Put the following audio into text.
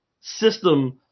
system